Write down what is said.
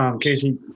Casey